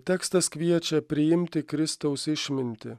tekstas kviečia priimti kristaus išmintį